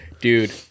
dude